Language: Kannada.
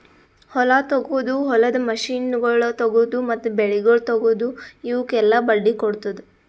ಹೊಲ ತೊಗೊದು, ಹೊಲದ ಮಷೀನಗೊಳ್ ತೊಗೊದು, ಮತ್ತ ಬೆಳಿಗೊಳ್ ತೊಗೊದು, ಇವುಕ್ ಎಲ್ಲಾ ಬಡ್ಡಿ ಕೊಡ್ತುದ್